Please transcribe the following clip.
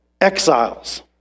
exiles